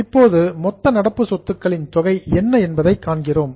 இப்போது மொத்த நடப்பு சொத்துக்களின் தொகை என்ன என்பதைக் காண்கிறோம்